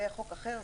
זה כבר חוק אחר,